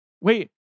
wait